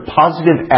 positive